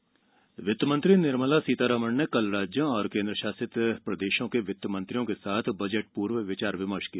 Sitharaman budget वित्तमंत्री निर्मला सीतारमण ने कल राज्यों और केंद्र शासित प्रदेशों के वित्त मंत्रियों के साथ बजट पूर्व विचार विमर्श किया